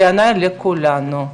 בעיניי, לכולנו.